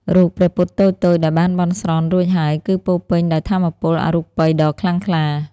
រូបព្រះពុទ្ធតូចៗដែលបានបន់ស្រន់រួចហើយ គឺពោរពេញដោយថាមពលអរូបីយ៍ដ៏ខ្លាំងក្លា។